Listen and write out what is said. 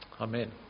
Amen